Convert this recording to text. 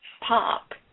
pop